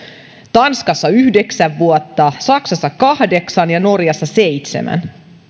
tanskassa yhdeksän vuotta saksassa kahdeksan ja norjassa seitsemän